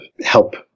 help